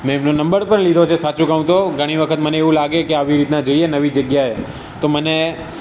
મેં એમનો નંબર પણ લીધો છે સાચું કહું તો ઘણી વખત મને એવું લાગે કે આવી રીતે જઈએ નવી જગ્યાએ તો મને